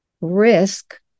risk